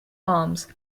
arms